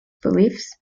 beliefs